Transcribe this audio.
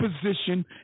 position